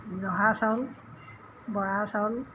জহা চাউল বৰা চাউল